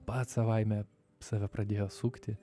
pats savaime save pradėjo sukti